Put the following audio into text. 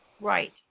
Right